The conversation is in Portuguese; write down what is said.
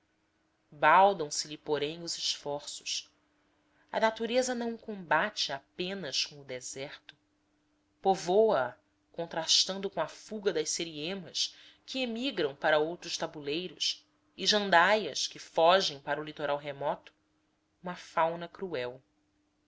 sobre humana baldam se lhe porém os esforços a natureza não o combate apenas com o deserto povoa a contrastando com a fuga das seriemas que emigram para outros tabuleiros e jandaias que fogem para o litoral remoto uma fauna cruel